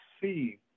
see